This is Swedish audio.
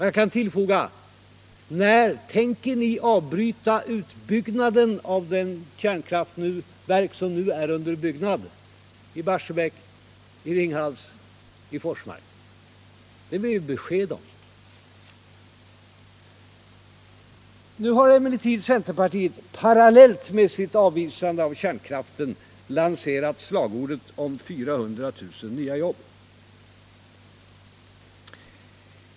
Jag kan tillfoga: När tänker ni avbryta utbyggnaden av de kärnkraftverk som nu är under byggnad i Barsebäck, Ringhals och Forsmark? Det vill vi ha besked om. Nu har emellertid centerpartiet parallellt med sitt avvisande av kärnkraften lanserat slagordet om 400 000 jobb.